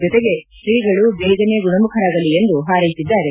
ಜೊತೆಗೆ ಶ್ರೀಗಳು ಬೇಗನೆ ಗುಣಮುಖರಾಗಲಿ ಎಂದು ಹಾರೈಸಿದ್ದಾರೆ